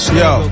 yo